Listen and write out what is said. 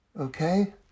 Okay